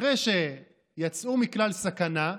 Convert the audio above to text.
אחרי שיצאו מכלל סכנה,